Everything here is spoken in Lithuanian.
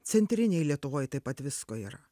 centrinėj lietuvoj taip pat visko yra